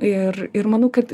ir ir manau kad